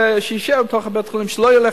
יישאר בתוך בית-החולים, שלא ילך.